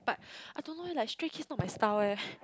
but I don't know leh like Stray Kids not my style eh